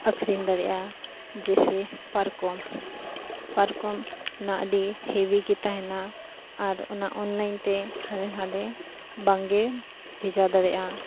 ᱟᱹᱠᱷᱨᱤᱧ ᱫᱟᱲᱮᱭᱟᱜᱼᱟ ᱡᱮᱭᱥᱮ ᱯᱟᱨᱠᱚᱢ ᱯᱟᱨᱠᱚᱢ ᱚᱱᱟ ᱟᱹᱰᱤ ᱦᱮᱵᱷᱤ ᱜᱮ ᱛᱟᱦᱮᱱᱟ ᱟᱨ ᱚᱱᱟ ᱚᱱᱞᱟᱭᱤᱱ ᱛᱮ ᱦᱟᱱᱮ ᱦᱟᱸᱰᱮ ᱵᱟᱝᱜᱮᱢ ᱵᱷᱮᱡᱟ ᱫᱟᱲᱮᱭᱟᱜᱼᱟ